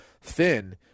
thin